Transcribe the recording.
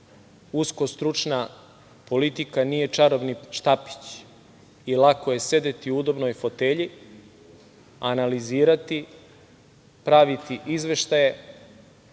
usko stručna politika nije čarobni štapić i lako je sedeti u udobnoj fotelji, analizirati, praviti izveštaje,